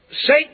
Satan